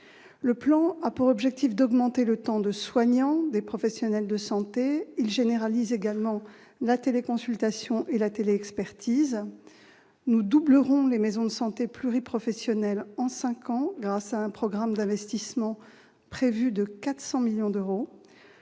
Le plan a pour objectif d'augmenter le temps soignant des professionnels de santé. Il généralise également la téléconsultation et la télé-expertise. Nous doublerons le nombre de maisons de santé pluriprofessionnelles en cinq ans grâce à un programme d'investissement qui est prévu à hauteur de 400 millions d'euros.